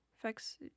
affects